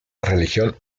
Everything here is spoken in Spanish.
religión